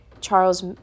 charles